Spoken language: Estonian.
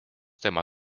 tema